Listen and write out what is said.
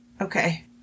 Okay